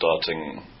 starting